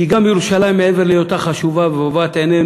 כי גם ירושלים, מעבר להיותה חשובה ובבת-עינינו,